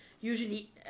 usually